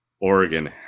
Oregon